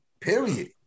Period